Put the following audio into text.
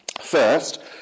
First